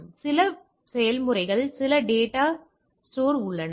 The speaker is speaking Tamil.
எனவே சில செயல்முறைகள் சில டேட்டா ஸ்டோர்கள் உள்ளன